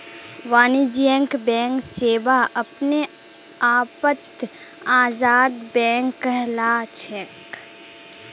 वाणिज्यिक बैंक सेवा अपने आपत आजाद बैंक कहलाछेक